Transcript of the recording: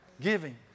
giving